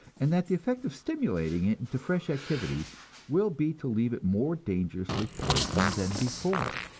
and that the effect of stimulating it into fresh activity will be to leave it more dangerously poisoned than before.